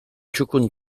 txukun